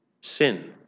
Sin